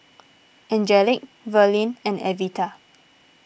Angelic Verlin and Evita